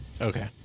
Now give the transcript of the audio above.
Okay